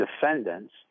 defendants